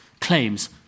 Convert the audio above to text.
claims